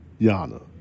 Yana